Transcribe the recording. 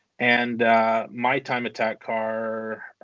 and my time attack car,